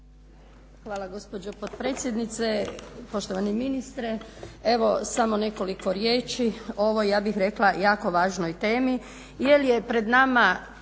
Hvala gospođo potpredsjednice. Poštovani ministre. Evo samo nekoliko riječi o ovoj ja bih rekla jako važnoj temi